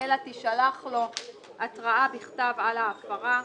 אלא תישלח לו התראה בכתב על ההפרה".